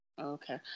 okay